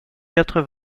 quatre